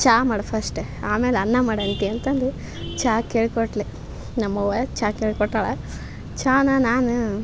ಚಾ ಮಾಡು ಫಸ್ಟ್ ಆಮೇಲೆ ಅನ್ನ ಮಾಡಂತಿ ಅಂತಂದು ಚಾಕ್ ಹೇಳ್ಕೋಟ್ಲು ನಮ್ಮ ಅವ್ವ ಚಾಕ್ ಹೇಳ್ಕೊಟ್ಟಾಳ ಚಾನ ನಾನು